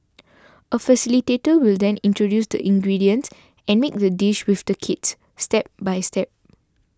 a facilitator will then introduce the ingredients and make the dish with the kids step by step